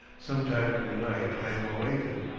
some time in the night i am awakened.